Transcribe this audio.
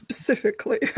specifically